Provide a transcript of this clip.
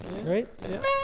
Right